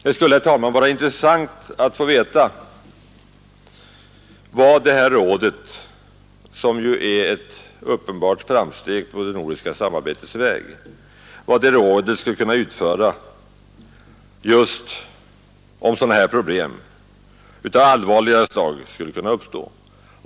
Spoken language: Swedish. Det skulle, herr talman, vara intressant att få veta vad detta råd, som ju innebär ett uppenbart framsteg på det nordiska samarbetets väg, skulle kunna utföra just om sådana här problem av allvarligare slag uppstod.